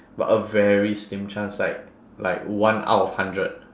but a very slim chance like like one out of hundred